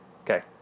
Okay